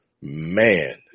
man